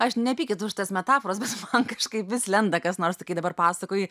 aš nepykit už tas metaforas bet man kažkaip vis lenda kas nors tai kai dabar pasakoji